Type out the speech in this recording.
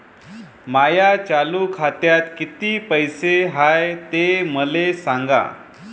माया चालू खात्यात किती पैसे हाय ते मले सांगा